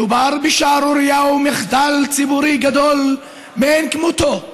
מדובר בשערורייה ומחדל ציבורי גדול מאין כמותו.